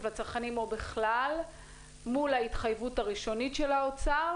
לצרכנים או בכלל מול ההתחייבות הראשונית של האוצר?